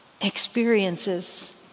experiences